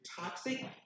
toxic